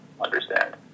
understand